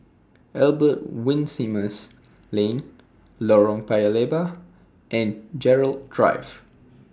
Albert Winsemius Lane Lorong Paya Lebar and Gerald Drive